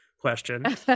question